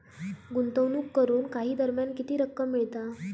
गुंतवणूक करून काही दरम्यान किती रक्कम मिळता?